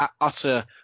utter